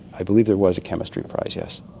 i believe there was a chemistry prize, yes.